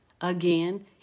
again